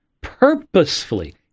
purposefully